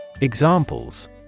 Examples